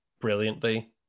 brilliantly